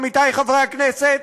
עמיתי חברי הכנסת,